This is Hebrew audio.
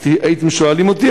אז הייתם שואלים אותי,